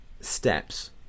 steps